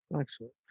excellent